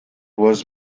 was